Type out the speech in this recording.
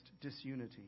disunity